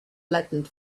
flattened